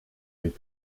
jej